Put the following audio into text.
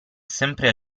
sempre